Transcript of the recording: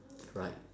right